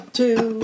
two